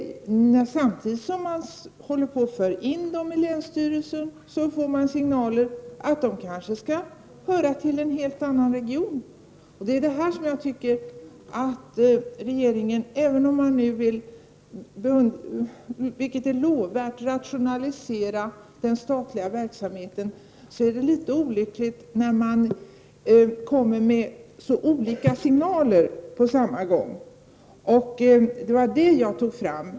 Samtidigt som man för in vägverket under länsstyrelsen får det signaler om att det kanske skall höra till en helt annan region. Även om regeringen nu vill rationalisera den statliga verksamheten, vilket är lovvärt, är det litet olyckligt när man kommer med så olika signaler på samma gång. Det var det jag tog fram.